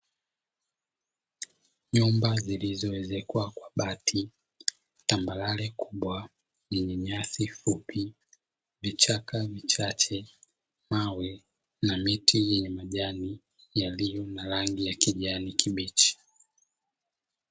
Nyumba zilizoezekwa kwa bati, tambarare kubwa yenye nyasi fupi, vichaka vichake, mawe na miti yenye majani yaliyo na rangi ya kijani kibichi.